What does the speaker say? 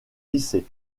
lycée